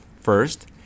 First